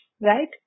right